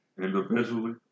Individually